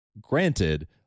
granted